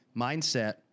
mindset